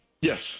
Yes